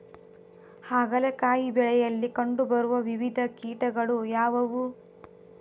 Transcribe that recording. ಹಾಗಲಕಾಯಿ ಬೆಳೆಯಲ್ಲಿ ಕಂಡು ಬರುವ ವಿವಿಧ ಕೀಟಗಳು ಯಾವುವು?